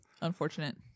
unfortunate